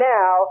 now